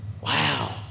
Wow